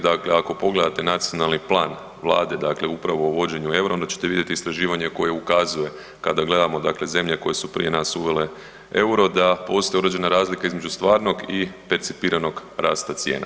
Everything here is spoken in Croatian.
Dakle, ako pogledate nacionalni plan vlade dakle upravo o uvođenju EUR-a onda ćete vidjeti istraživanje koje ukazuje kada gledamo dakle zemlje koje su prije nas uvele EUR-o da postoji određena razlika između stvarnog i percipiranog rasta cijena.